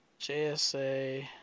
JSA